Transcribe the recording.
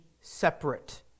separate